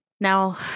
Now